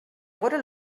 vora